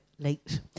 late